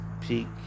Peak